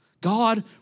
God